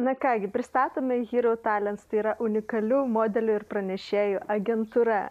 na ką gi pristatome hiroutalents tai yra unikalių modelių ir pranešėjų agentūra